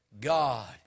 God